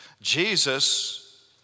Jesus